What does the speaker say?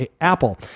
Apple